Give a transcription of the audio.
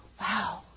wow